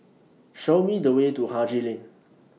Show Me The Way to Haji Lane